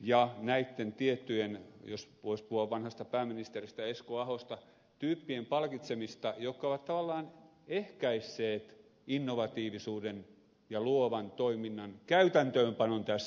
ja näitten tiettyjen jos voisi puhua vanhasta pääministeristä esko ahosta tyyppien palkitsemista jotka ovat tavallaan ehkäisseet innovatiivisuuden ja luovan toiminnan käytäntöönpanon tässä maassa